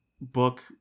book